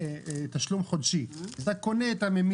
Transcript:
תשלום חודשי אלא אתה קונה את הממיר.